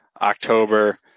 October